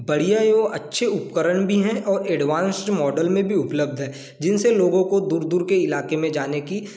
बढ़िया है वो अच्छे उपकरण भी हैं और एडवांसड मॉडल में भी उपलब्ध है जिनसे लोगों को दूर दूर के इलाक़े में जाने की